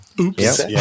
Oops